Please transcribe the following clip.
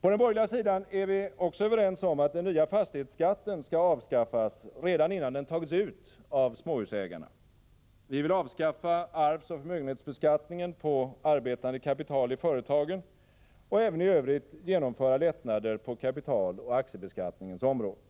På den borgerliga sidan är vi också överens om att den nya fastighetsskatten skall avskaffas redan innan den tagits ut avsmåhusägarna. Vi vill avskaffa arvsoch förmögenhetsbeskattningen på arbetande kapital i företagen och även i övrigt genomföra lättnader på kapitaloch aktiebeskattningens områden.